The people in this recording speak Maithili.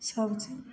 सबचीज